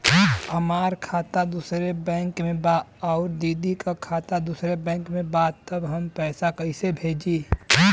हमार खाता दूसरे बैंक में बा अउर दीदी का खाता दूसरे बैंक में बा तब हम कैसे पैसा भेजी?